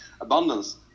Abundance